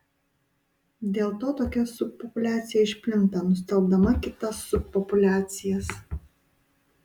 dėl to tokia subpopuliacija išplinta nustelbdama kitas subpopuliacijas